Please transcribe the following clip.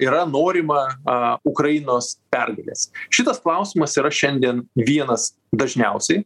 yra norima a ukrainos pergalės šitas klausimas yra šiandien vienas dažniausiai